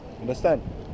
Understand